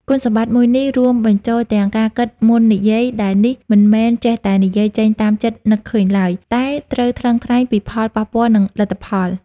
គុណសម្បត្តិមួយនេះ រួមបញ្ចូលទាំង ការគិតមុននិយាយដែលនេះមិនមែនចេះតែនិយាយចេញតាមចិត្តនឹកឃើញឡើយ តែត្រូវថ្លឹងថ្លែងពីផលប៉ះពាល់ និងលទ្ធផល។